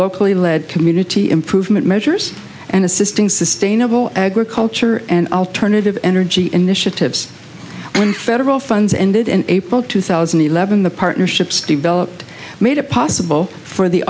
locally led community improvement measures and assisting sustainable agriculture and alternative energy initiatives when federal funds ended and april two thousand and eleven the partnerships developed made it possible for the